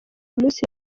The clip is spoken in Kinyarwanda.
umunsi